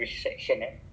but